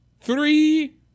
three